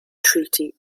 treaty